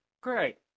Great